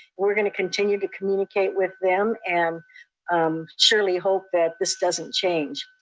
we're going to continue to communicate with them and um surely hope that this doesn't change.